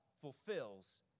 fulfills